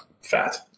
fat